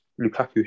Lukaku